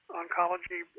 oncology